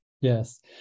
Yes